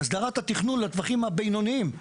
בהסדרת התכנון לטווחים הבינוניים.